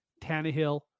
Tannehill